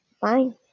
Fine